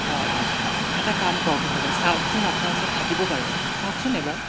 অ' এটা কাম কৰক নহ'লে চাওকচোন আপোনাৰ ওচৰত থাকিব পাৰে চাওকচোন এবাৰ